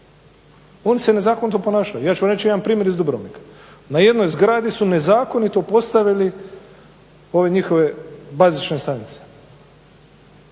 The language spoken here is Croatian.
oni se nezakonito ponašaju. Ja ću reći jedan primjer iz Dubrovnika. Na jednoj zgradi su nezakonito postavili ove njihove bazične stanice